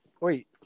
wait